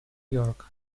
york